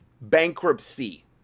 bankruptcy